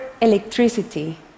electricity